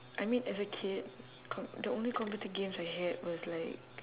I mean as a kid co~ the only computer games I had was like